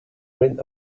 rid